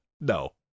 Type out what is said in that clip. no